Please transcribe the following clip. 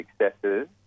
successes